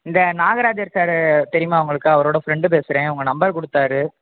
இந்த நாகராஜர் சாரு தெரியுமா உங்களுக்கு அவரோடய ஃப்ரண்ட்டு பேசுகிறேன் உங்கள் நம்பர் கொடுத்தாரு